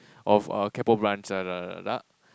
of uh lah lah lah lah